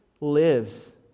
lives